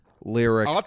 lyric